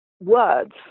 words